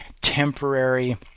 temporary